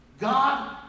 God